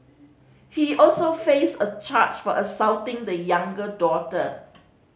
he also faced a charge for assaulting the younger daughter